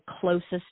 closest